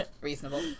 Reasonable